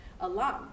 alum